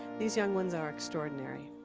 these young ones are extraordinary.